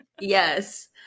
yes